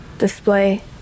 display